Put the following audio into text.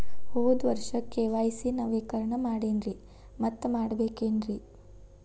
ಹೋದ ವರ್ಷ ಕೆ.ವೈ.ಸಿ ನವೇಕರಣ ಮಾಡೇನ್ರಿ ಮತ್ತ ಮಾಡ್ಬೇಕೇನ್ರಿ?